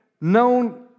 known